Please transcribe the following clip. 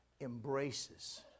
embraces